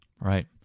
Right